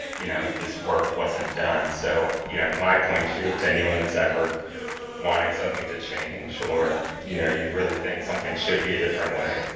you know, if this work wasn't done. so you know my point too, to anyone who's ever wanting something to change, or you know you really think something should be a different way,